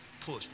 push